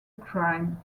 crime